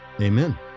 Amen